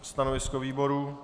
Stanovisko výboru?